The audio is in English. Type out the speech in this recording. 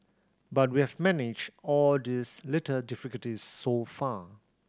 but we have managed all these little difficulties so far